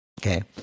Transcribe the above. okay